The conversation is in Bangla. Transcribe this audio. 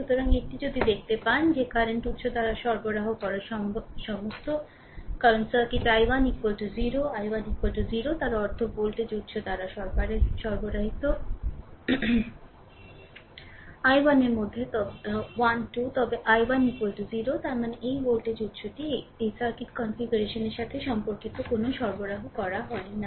সুতরাং যদি এটি দেখতে পান যে কারেন্ট উত্স দ্বারা সরবরাহ করা সমস্ত কারণ সার্কিট i1 0 i1 0 তার অর্থ ভোল্টেজ উত্স দ্বারা সরবরাহিত i1 এর মধ্যে 12 তবে i1 0 তার মানে এই ভোল্টেজ উত্সটি এই সার্কিট কনফিগারেশনের সাথে সম্পর্কিত কোনও সরবরাহ করা হয় না